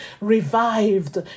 revived